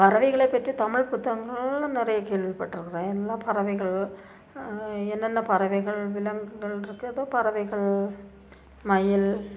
பறவைகளை பற்றி தமிழ் புத்தகங்கள்ல நிறைய கேள்விப்பட்டிருக்குறேன் எல்லா பறவைகள் என்னென்ன பறவைகள் விலங்குகள் இருக்குது ஏதோ பறவைகள் மயில்